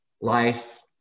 life